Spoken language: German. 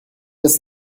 des